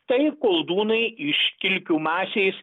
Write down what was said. tai koldūnai iš kilkių masės